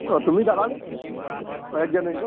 অঁ তুমি যাবা অঁ এক জানুৱাৰীত